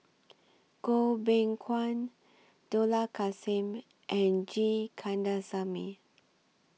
Goh Beng Kwan Dollah Kassim and G Kandasamy